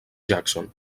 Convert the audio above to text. jackson